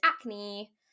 acne